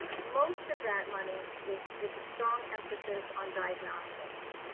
most of that money is with a strong emphasis on diagnostics